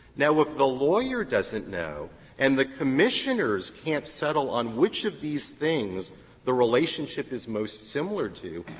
now, if the lawyer doesn't know and the commissioners can't settle on which of these things the relationship is most similar to,